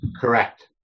Correct